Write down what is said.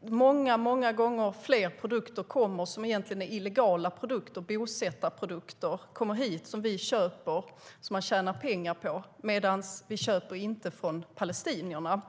Många gånger fler bosättarprodukter, som egentligen är illegala, kommer hit och köps av oss. Däremot köper vi inte av palestinierna.